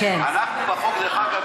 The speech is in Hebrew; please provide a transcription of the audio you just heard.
דרך אגב,